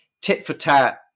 tit-for-tat